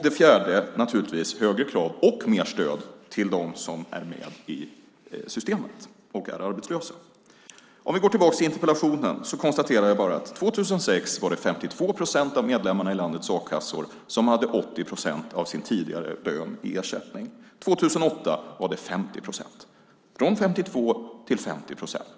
Det fjärde, naturligtvis, var högre krav på - och mer stöd till - dem som är med i systemet och är arbetslösa. Om vi går tillbaka till interpellationen konstaterar jag bara att 2006 var det 52 procent av medlemmarna i landets a-kassor som hade 80 procent av sin tidigare lön i ersättning. År 2008 var det 50 procent - från 52 till 50 procent.